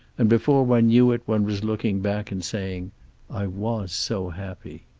and before one knew it one was looking back and saying i was so happy.